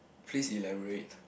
please elaborate